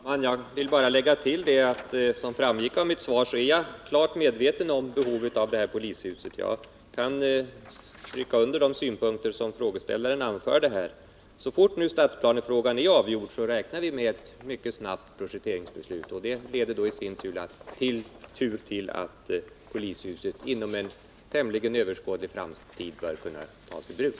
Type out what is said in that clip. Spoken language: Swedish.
Herr talman! Jag vill bara lägga till att jag, såsom framgick av mitt svar, är klart medveten om behovet av detta polishus och att jag kan stryka under de synpunkter som frågeställaren anförde här. Vi räknar med ett mycket snabbt projekteringsbeslut så fort stadsplanefrågan är avgjord. Det leder i sin tur till att polishuset inom en tämligen överskådlig framtid bör kunna tas i bruk.